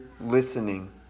listening